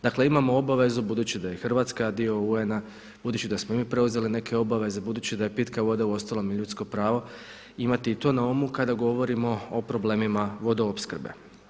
Dakle imamo obavezu budući da je Hrvatska dio UN-a, budući da smo i mi preuzeli neke obaveze, budući da je pitka voda uostalom i ljudsko pravo, imajte i to na umu kada govorimo o problemima vodoopskrbe.